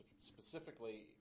Specifically